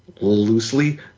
loosely